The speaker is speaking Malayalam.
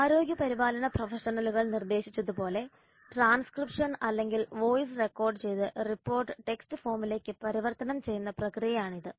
ആരോഗ്യ പരിപാലന പ്രൊഫഷണലുകൾ നിർദ്ദേശിച്ചതുപോലെ ട്രാൻസ്ക്രിപ്ഷൻ അല്ലെങ്കിൽ വോയ്സ് റെക്കോർഡ് ചെയ്ത റിപ്പോർട്ട് ടെക്സ്റ്റ് ഫോമിലേക്ക് പരിവർത്തനം ചെയ്യുന്ന പ്രക്രിയയാണ് ഇത്